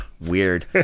Weird